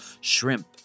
shrimp